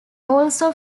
also